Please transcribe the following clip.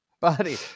buddy